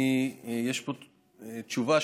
יש פה תשובה,